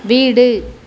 வீடு